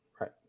Right